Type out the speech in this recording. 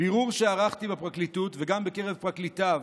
"בירור שערכתי בפרקליטות וגם בקרב פרקליטיו